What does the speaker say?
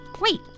Wait